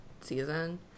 season